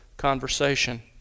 conversation